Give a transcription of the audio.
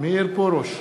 מאיר פרוש,